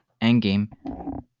Endgame